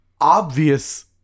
obvious